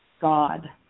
God